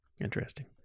interesting